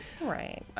Right